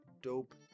dope